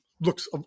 looks